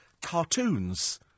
cartoons